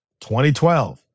2012